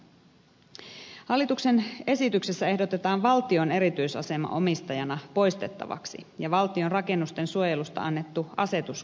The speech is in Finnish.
hallituksen esityksessä ehdotetaan valtion erityisasema omistajana poistettavaksi ja valtion rakennusten suojelusta annettu asetus kumottavaksi